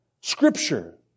Scripture